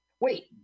Wait